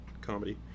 comedy